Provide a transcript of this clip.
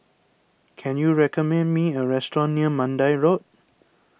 can you recommend me a restaurant near Mandai Road